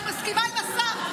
אני מסכימה עם השר.